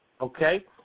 okay